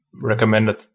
recommended